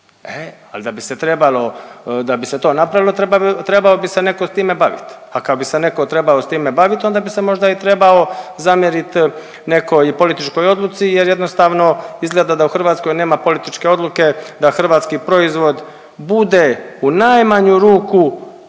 ali da bi se to napravilo trebao bi se netko time baviti, a kada bi se netko trebao s time baviti onda bi se možda i trebao zamjeriti nekoj političkoj odluci jer jednostavno izgleda da u Hrvatskoj nema političke odluke da hrvatski proizvod bude u najmanju ruku barem